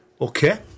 Okay